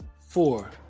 four